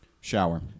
Shower